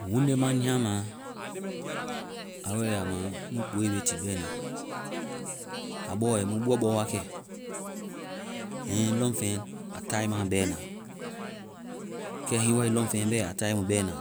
Wundema nyama, a wa ya ma mu kpoe be tii bɛna. Aa bɔ ai mu buɔbɔ wakɛ, hiŋi lɔfeŋ aa tae ma bɛna. Kɛ hiŋi wae lɔfeŋ bɛ aa tae mu bɛna,